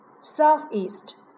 Southeast